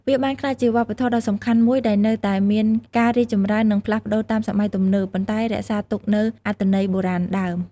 វាបានក្លាយជាវប្បធម៌ដ៏សំខាន់មួយដែលនៅតែមានការរីកចម្រើន និងផ្លាស់ប្ដូរតាមសម័យទំនើប ប៉ុន្តែរក្សាទុកនូវអត្ថន័យបុរាណដើម។